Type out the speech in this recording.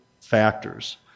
factors